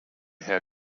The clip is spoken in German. herr